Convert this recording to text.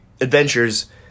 adventures